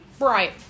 right